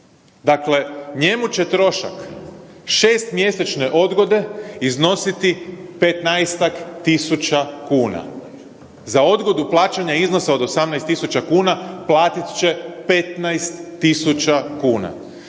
Dakle, njemu će trošak 6 mjesečne odgode iznositi 15-tak tisuća kuna. Za odgodu plaćanja iznosa od 18.000 kuna platit će 15.000 kuna.